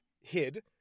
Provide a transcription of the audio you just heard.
hid